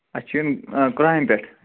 اَسہِ چھِ یُن کُلہامہِ پٮ۪ٹھ